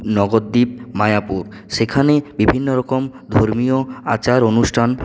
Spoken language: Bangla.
নবদ্বীপ মায়াপুর সেখানে বিভিন্ন রকম ধর্মীয় আচার অনুষ্ঠান